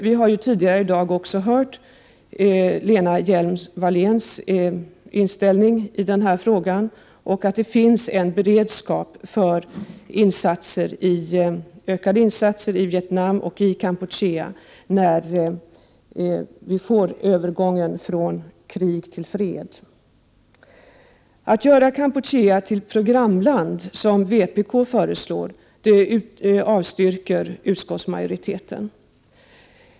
Vi har tidigare i dag också hört Lena Hjelm-Wallén redogöra för sin inställning i denna fråga och att det finns en beredskap för ökade insatser i Vietnam och Kampuchea när det blir aktuellt med en övergång från krig till fred. Utskottsmajoriteten avstyrker vpk:s förslag om att göra Kampuchea till ett programland.